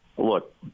Look